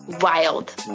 wild